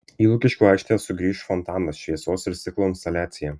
į lukiškių aikštę sugrįš fontanas šviesos ir stiklo instaliacija